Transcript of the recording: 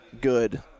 good